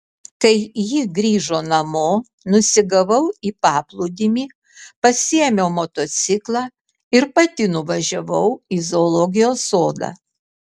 kai ji grįžo namo nusigavau į paplūdimį pasiėmiau motociklą ir pati nuvažiavau į zoologijos sodą